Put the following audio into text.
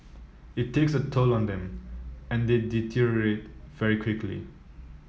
it takes a toll on them and they deteriorate very quickly